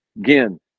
Again